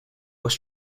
was